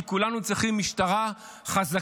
כי כולנו צריכים משטרה חזקה,